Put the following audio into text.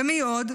ומי עוד?